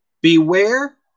Beware